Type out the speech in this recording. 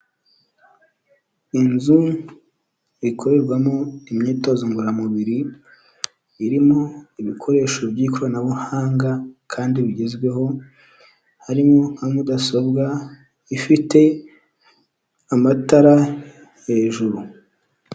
Inzu ikorerwamo imyitozo ngororamubiri, irimo ibikoresho by'ikoranabuhanga kandi bigezweho, harimo nka mudasobwa ifite amatara hejuru.